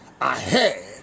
Ahead